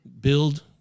build